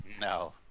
no